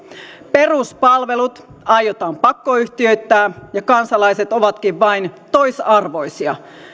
peruspalvelut aiotaan pakkoyhtiöittää ja kansalaiset ovatkin vain toisarvoisia